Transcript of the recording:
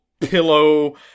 pillow